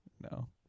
No